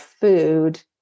food